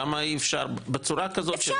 למה אי-אפשר --- אפשר.